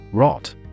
Rot